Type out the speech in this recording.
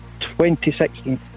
2016